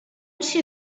she